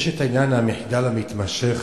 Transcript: יש עניין המחדל המתמשך